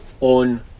on